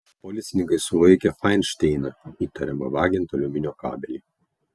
policininkai sulaikė fainšteiną įtariamą vagiant aliuminio kabelį